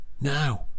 Now